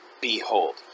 behold